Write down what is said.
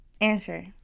Answer